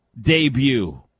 debut